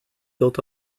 built